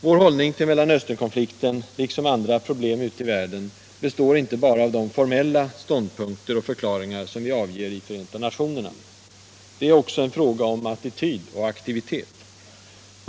Vår hållning i Mellanösternkonflikten, liksom till andra problem ute i världen, består inte bara av formella ståndpunkter och förklaringar, som vi avger i Förenta nationerna. Det är också en fråga om attityd och aktivitet.